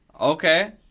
Okay